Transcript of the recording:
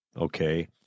Okay